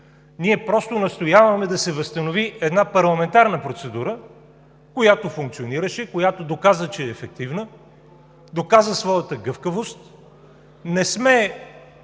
Ние просто настояваме да се възстанови една парламентарна процедура, която функционираше, която доказа, че е ефективна, доказа своята гъвкавост. Не сме